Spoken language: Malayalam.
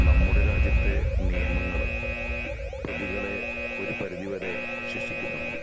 നമ്മുടെ രാജ്യത്തെ നിയമങ്ങള് പ്രതികളെ ഒരു പരിധിവരെ ശിക്ഷിക്കുന്നുള്ളൂ